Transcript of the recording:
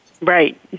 Right